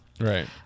Right